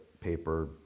paper